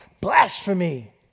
blasphemy